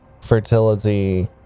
fertility